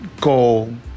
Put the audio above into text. goal